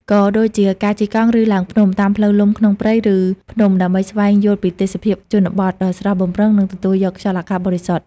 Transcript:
ក៏ដូចជាការជិះកង់ ឬឡើងភ្នំ តាមផ្លូវលំក្នុងព្រៃ ឬភ្នំ ដើម្បីស្វែងយល់ពីទេសភាពជនបទដ៏ស្រស់បំព្រង និងទទួលយកខ្យល់អាកាសបរិសុទ្ធ។